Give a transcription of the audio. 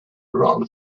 run